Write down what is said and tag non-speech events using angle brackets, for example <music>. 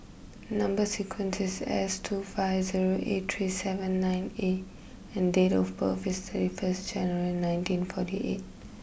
number <unintelligible> is S two five zero eight three seven nine A and date of birth is thirty first January nineteen forty eight